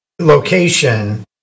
location